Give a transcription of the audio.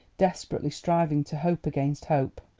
desperately striving to hope against hope.